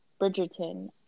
Bridgerton